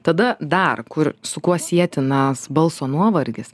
tada dar kur su kuo sietinas balso nuovargis